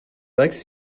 likes